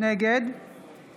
נגד